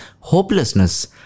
hopelessness